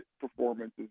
performances